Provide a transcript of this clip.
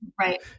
Right